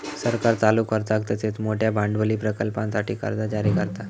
सरकार चालू खर्चाक तसेच मोठयो भांडवली प्रकल्पांसाठी कर्जा जारी करता